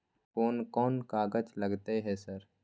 कोन कौन कागज लगतै है सर?